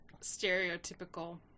stereotypical